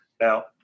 Now